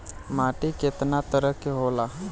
माटी केतना तरह के होला?